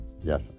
Yes